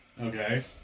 Okay